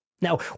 Now